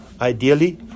ideally